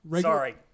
sorry